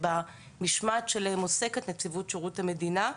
שבמשמעת שלהם עוסקת נציבות שירות המדינה.